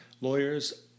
lawyers